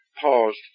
Paused